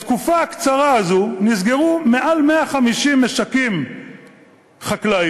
בתקופה הקצרה הזאת נסגרו מעל 150 משקים חקלאיים,